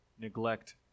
neglect